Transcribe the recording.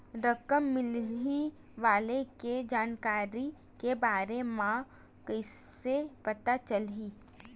रकम मिलही वाले के जानकारी के बारे मा कइसे पता चलही?